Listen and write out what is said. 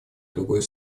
другой